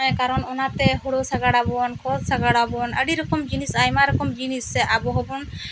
ᱠᱟᱨᱚᱱ ᱚᱱᱟ ᱛᱮ ᱦᱳᱲᱳ ᱥᱟᱜᱟᱲ ᱟᱵᱚᱱ ᱠᱚᱲ ᱥᱟᱜᱟᱲ ᱟᱵᱚᱱ ᱟᱹᱲᱤ ᱨᱚᱠᱚᱢ ᱡᱤᱱᱤᱥ ᱟᱭᱢᱟ ᱨᱚᱠᱚᱢ ᱡᱤᱱᱤᱥ ᱥᱮ ᱟᱵᱚ ᱦᱚᱸ ᱵᱚᱱ